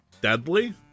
deadly